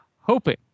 hoping